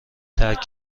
ترک